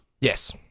Yes